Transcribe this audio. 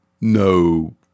no